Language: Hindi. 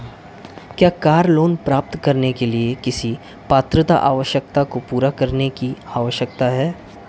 क्या कार लोंन प्राप्त करने के लिए किसी पात्रता आवश्यकता को पूरा करने की आवश्यकता है?